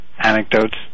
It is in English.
anecdotes